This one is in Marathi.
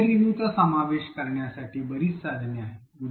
पीयर रिव्ह्यू चा समावेश करण्यासाठी बरीच साधने आहेत